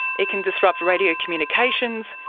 it can disrupt radio communications,